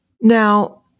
Now